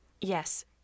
Yes